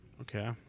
Okay